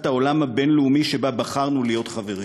העולם הבין-לאומי שבה בחרנו להיות חברים.